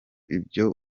ibyo